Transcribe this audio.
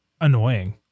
annoying